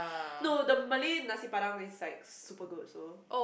no the Malay Nasi-Padang is like super good also